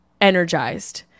energized